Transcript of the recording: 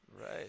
right